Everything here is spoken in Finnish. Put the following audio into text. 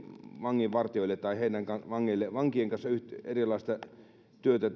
vanginvartijoille tai vankien kanssa erilaista työtä